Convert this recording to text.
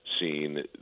seen